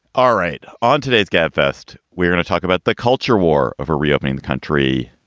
all right. on today's gabfest, we're going to talk about the culture war over reopening the country,